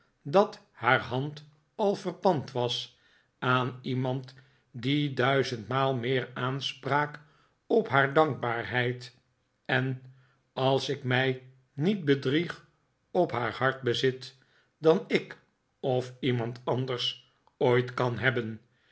dat haar hand al verpand was aan iemand die duizendmaal meer aanspraak op haar dankbaarheid en als ik mij niet bedrieg op haar hart bezit dan ik of iemand anders ooit kan hebben